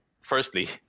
firstly